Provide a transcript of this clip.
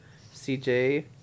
CJ